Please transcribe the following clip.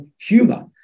humor